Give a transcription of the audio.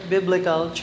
Biblical